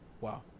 wow